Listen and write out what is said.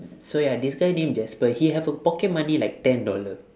so ya this guy name jasper he have a pocket money like ten dollar